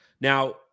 Now